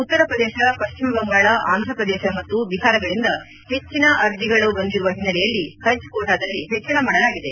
ಉತ್ತರ ಪ್ರದೇಶ ಪಶ್ಚಿಮ ಬಂಗಾಳ ಆಂಧ್ರ ಪ್ರದೇಶ ಮತ್ತು ಬಿಹಾರಗಳಿಂದ ಹೆಚ್ಚಿನ ಅರ್ಜಿಗಳನ್ನು ಬಂದಿರುವ ಹಿನ್ನೆಲೆಯಲ್ಲಿ ಹಜ್ ಕೋಟಾದಲ್ಲಿ ಹೆಚ್ಚಳ ಮಾಡಲಾಗಿದೆ